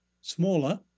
smaller